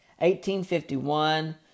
1851